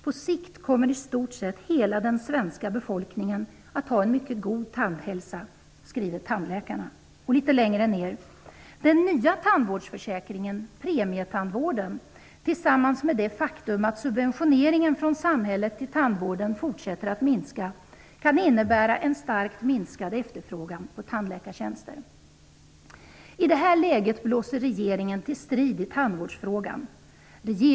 På sikt kommer i stort sett hela den svenska befolkningen att ha en mycket god tandhälsa.'' -- så skriver tandläkarna. Vidare skriver de: ''Den nya tandvårdsförsäkringen, premietandvården, tillsammans med det faktum att subventioneringen från samhället till tandvården fortsätter att minska, kan innebära en starkt minskad efterfrågan på tandläkartjänster.'' I detta läge blåser regeringen till strid i tandvårdsfrågan.